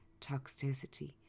toxicity